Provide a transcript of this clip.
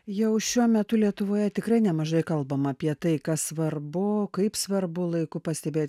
jau šiuo metu lietuvoje tikrai nemažai kalbama apie tai kas svarbu kaip svarbu laiku pastebėt